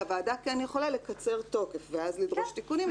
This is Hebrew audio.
שהוועדה כן יכולה לקצר תוקף ואז לדרוש תיקונים.